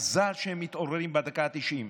מזל שהם מתעוררים בדקה ה-90.